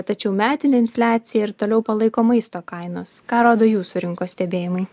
tačiau metinę infliaciją ir toliau palaiko maisto kainos ką rodo jūsų rinkos stebėjimai